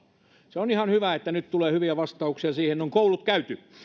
se on ihan hyvä että nyt tulee hyviä vastauksia siihen on koulut käyty